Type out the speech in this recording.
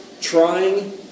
trying